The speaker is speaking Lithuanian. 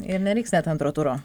ir nereiks net antro turo